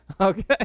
okay